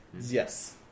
Yes